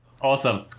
awesome